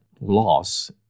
loss